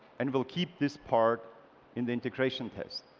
and we'll keep this part in the integration test.